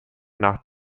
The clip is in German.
nach